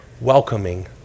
welcoming